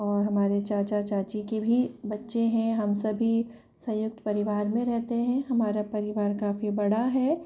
और हमारे चाचा चाची की भी बच्चे हैं हम सभी संयुक्त परिवार में रहते हैं हमारा परिवार काफी बड़ा है